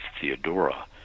Theodora